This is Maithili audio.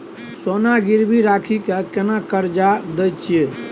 सोना गिरवी रखि के केना कर्जा दै छियै?